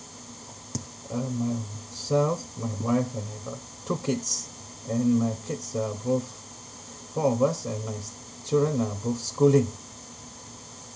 uh myself my wife and I got two kids and my kids are both four of us and my children are both schooling